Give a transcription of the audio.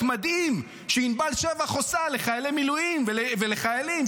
המדהים שענבל שבח עושה לחיילי מילואים ולחיילים,